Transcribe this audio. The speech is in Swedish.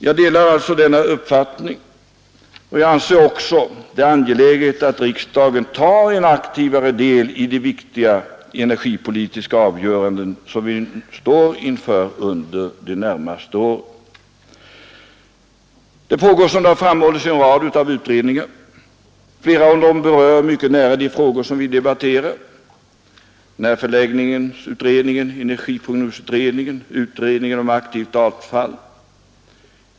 Jag delar alltså denna uppfattning, och jag anser det också angeläget att riksdagen tar en mera aktiv del i de viktiga energipolitiska avgöranden som vi står inför under de närmaste åren. Det pågår, som framhållits, en rad utredningar. Flera av dem berör mycket nära de frågor som vi debatterar — närförläggningsutredningen, energiprognosutredningen, utredningen om aktivt avfall.